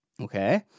Okay